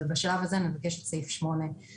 אבל בשלב הזה אני מבקשת להוריד את סעיף 8 ולתת